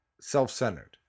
self-centered